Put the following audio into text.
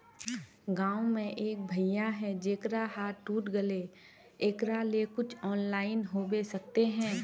गाँव में एक भैया है जेकरा हाथ टूट गले एकरा ले कुछ ऑनलाइन होबे सकते है?